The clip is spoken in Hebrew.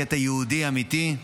קטע יהודי אמיתי.